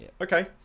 okay